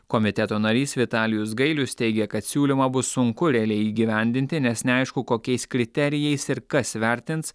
komiteto narys vitalijus gailius teigia kad siūlymą bus sunku realiai įgyvendinti nes neaišku kokiais kriterijais ir kas vertins